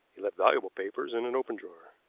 he left valuable papers in an open drawer.